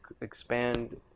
expand